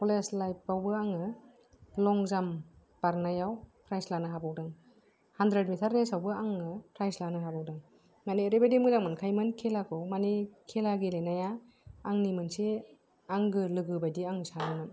college life आवबो आङो long jump बारनायाव प्राइज लानो हाबावदों हान्ड्रेड मिटार रेसावबो आङो प्राइज लानो हाबावदों माने ओरैबादि मोजां मोनखायोमोन खेलाखौ मानि खेला गेलेनाया आंनि मोनसे आंगो लोगोबायदि आं सानोमोन